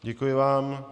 Děkuji vám.